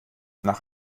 nach